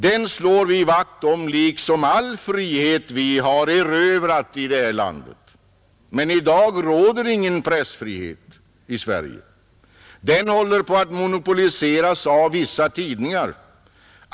Den slår vi vakt om liksom om all frihet vi har erövrat i detta land. Men i dag råder ingen pressfrihet i Sverige. Den håller på att monopoliseras av vissa tidningar.